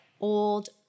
old